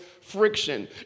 friction